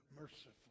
merciful